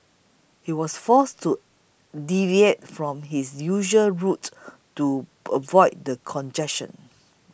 he was forced to deviate from his usual route to avoid the congestion